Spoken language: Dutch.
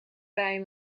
bij